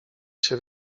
się